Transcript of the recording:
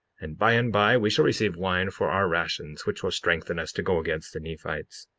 and by and by we shall receive wine for our rations, which will strengthen us to go against the nephites.